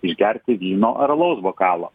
išgerti vyno ar alaus bokalo